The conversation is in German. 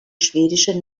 schwedische